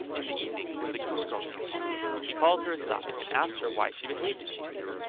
in the evening when the goose-girl came home he called her aside, and asked her why she behaved as she did.